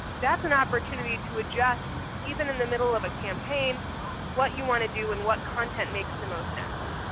that's an opportunity to adjust even in the middle of a campaign what you want to do and what content makes the most sense.